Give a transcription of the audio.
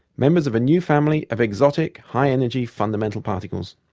members of a new family of exotic, high-energy fundamental particles.